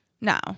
No